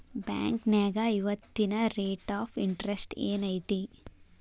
ಬಾಂಕ್ನ್ಯಾಗ ಇವತ್ತಿನ rate of interest ಏನ್ ಐತಿ